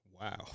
Wow